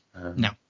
no